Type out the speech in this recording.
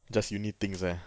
just uni things eh